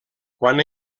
quan